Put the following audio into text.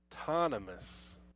autonomous